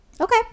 Okay